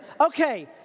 okay